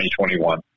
2021